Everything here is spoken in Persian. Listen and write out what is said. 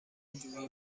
جویی